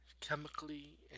chemically